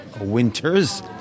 winters